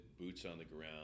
boots-on-the-ground